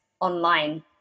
online